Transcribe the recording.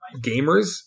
gamers